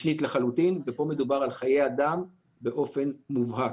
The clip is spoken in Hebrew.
משנית לחלוטין ופה מדובר על חיי אדם באופן מובהק.